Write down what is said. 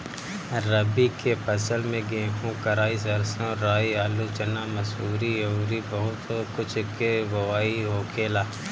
रबी के फसल में गेंहू, कराई, सरसों, राई, आलू, चना, मसूरी अउरी बहुत कुछ के बोआई होखेला